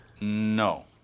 No